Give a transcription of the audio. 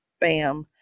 bam